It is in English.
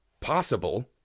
possible